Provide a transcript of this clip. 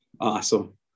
Awesome